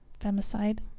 Femicide